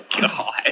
God